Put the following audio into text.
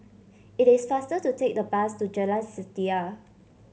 it is faster to take the bus to Jalan Setia